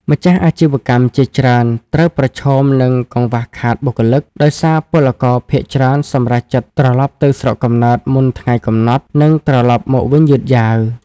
ម្ចាស់អាជីវកម្មជាច្រើនត្រូវប្រឈមនឹងកង្វះខាតបុគ្គលិក ដោយសារពលករភាគច្រើនសម្រេចចិត្តត្រឡប់ទៅស្រុកកំណើតមុនថ្ងៃកំណត់ និងត្រឡប់មកវិញយឺតយ៉ាវ។